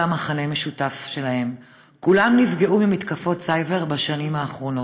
זה המכנה המשותף שלהן: כולן נפגעו ממתקפות סייבר בשנים האחרונות.